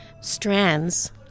strands